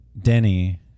Denny